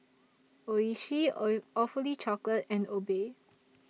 Oishi Awfully Chocolate and Obey